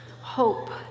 hope